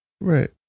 Right